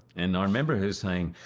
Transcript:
and i remember her saying,